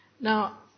Now